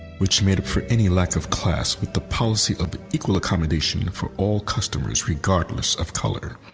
which made up for any lack of class with the policy of equal accommodation for all customers regardless of color.